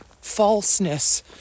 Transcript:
falseness